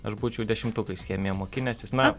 aš būčiau dešimtukais chemiją mokinęsis na